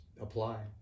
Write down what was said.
apply